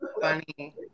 funny